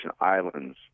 Islands